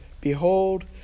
Behold